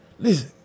Listen